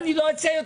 לי: